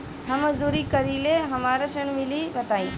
हम मजदूरी करीले हमरा ऋण मिली बताई?